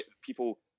people